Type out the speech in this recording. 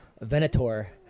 Venator